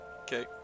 Okay